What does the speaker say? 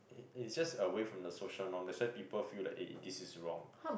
it is just away from the social norm that's why people feel like eh this is wrong